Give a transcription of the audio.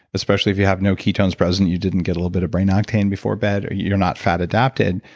especially if you have no ketones present, you didn't get a little bit of brain octane before bed or you're not fat adapted,